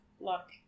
Luck